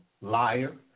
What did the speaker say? liar